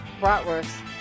Bratwurst